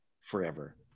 forever